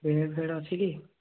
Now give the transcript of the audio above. bed ଫେଡ଼୍ ଅଛି କି